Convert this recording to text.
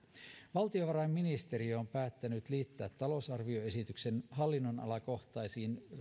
valtiovarainministeriö on päättänyt liittää talousarvioesityksen hallinnonalakohtaisiin